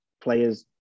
players